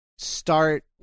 start